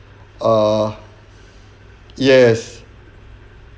ah yes